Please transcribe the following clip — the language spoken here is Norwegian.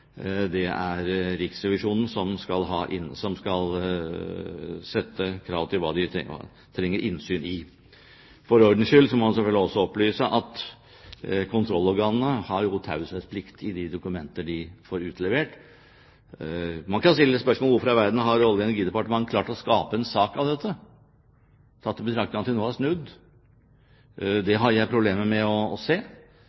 Det er Riksrevisjonen som skal sette krav til hva de trenger innsyn i. For ordens skyld må man selvfølgelig opplyse at kontrollorganene har taushetsplikt når det gjelder de dokumenter de får utlevert. Man kan stille seg spørsmålet: Hvorfor i all verden har Olje- og energidepartementet klart å skape en sak av dette, tatt i betraktning av at de nå har snudd? Det